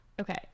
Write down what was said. Okay